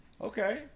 Okay